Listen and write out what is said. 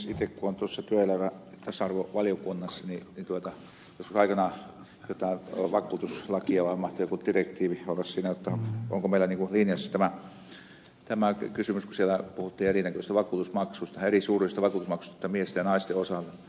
itse kun olen tuossa työelämä ja tasa arvovaliokunnassa niin joskus aikanaan tätä vakuutuslakia käsiteltäessä varmaan taisi joku direktiivi olla siinä mietittiin onko meillä linjassa tämä kysymys kun siellä puhuttiin erinäköisistä vakuutusmaksuista erisuuruisista vakuutusmaksuista miesten ja naisten osalta